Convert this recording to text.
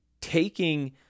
taking